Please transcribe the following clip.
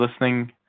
listening